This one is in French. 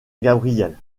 gabriel